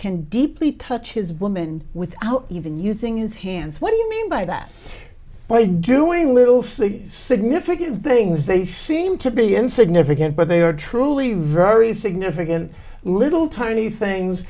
can deeply touch his woman without even using his hands what do you mean by that by doing little silly significant things they seem to be insignificant but they are truly very significant little tiny things